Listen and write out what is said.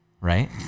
Right